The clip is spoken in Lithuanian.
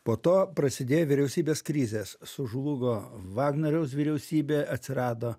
po to prasidėjo vyriausybės krizės sužlugo vagnoriaus vyriausybė atsirado